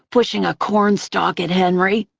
pushing a cornstalk at henry.